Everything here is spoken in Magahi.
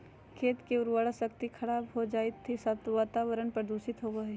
खेत के उर्वरा शक्ति खराब हो जा हइ, साथ ही वातावरण प्रदूषित होबो हइ